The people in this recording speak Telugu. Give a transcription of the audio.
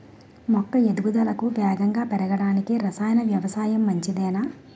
మొక్క ఎదుగుదలకు వేగంగా పెరగడానికి, రసాయన వ్యవసాయం మంచిదేనా?